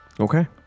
Okay